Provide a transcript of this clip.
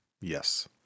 Yes